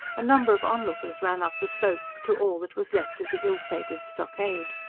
a number of onlookers ran up the slope to all that was left of the ill-fated stockade.